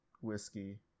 whiskey